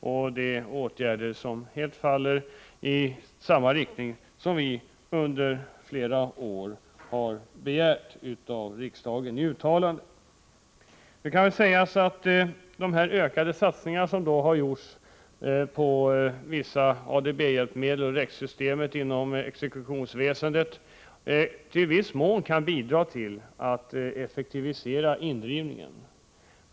Det är åtgärder som går i samma riktning som vi i flera år i uttalanden har begärt av riksdagen. Det kan väl sägas att de ökade satsningarna på vissa ADB-hjälpmedel och REX-systemet inom exekutionsväsendet i viss mån kan bidra till att effektivisera indrivningen.